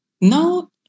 Now